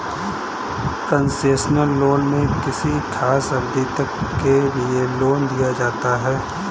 concessional loan में किसी खास अवधि तक के लिए लोन दिया जाता है